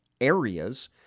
areas